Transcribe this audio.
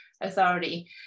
authority